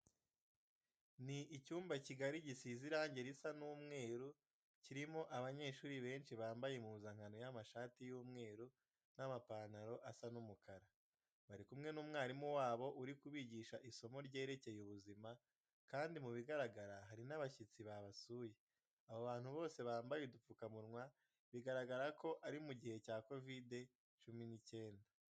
Ni icyumba kigari gisize irange risa umweru kirimo abanyeshuri benshi bambaye impuzankano y'amashati y'umweru n'amapantaro asa umukara. Bari kumwe n'umwarimu wabo uri kubigisha isomo ryerekeye ubuzima kandi mu bigaragara hari n'abashyitsi babasuye. Abo bantu bose bambaye udupfukamunwa, bigaragara ko ari mu gihe cya Kovide cumi n'icyenda.